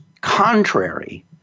contrary